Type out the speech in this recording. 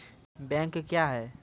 Bank क्या हैं?